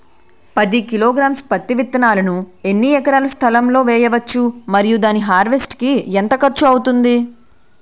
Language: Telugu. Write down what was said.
పది కిలోగ్రామ్స్ పత్తి విత్తనాలను ఎన్ని ఎకరాల స్థలం లొ వేయవచ్చు? మరియు దాని హార్వెస్ట్ కి ఎంత ఖర్చు అవుతుంది?